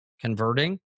converting